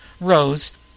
rose—